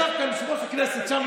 כבוד היושב-ראש.